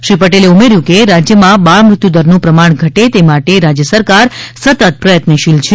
શ્રી પટેલે ઉમેર્થું કે રાજ્યમાં બાળ મૃત્યુ દરનું પ્રમાણ ઘટે તે માટે રાજ્ય સરકાર સતત પ્રયત્નશીલ છે